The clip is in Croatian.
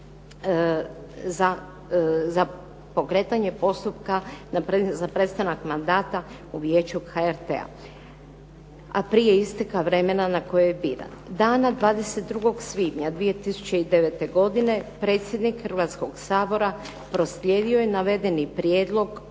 za pokretanje postupka za prestanak mandata u Vijeću HRT-a, a prije isteka vremena na koje je biran. Dana 22. svibnja 2009. predsjednik Hrvatskog sabora proslijedio je navedeni prijedlog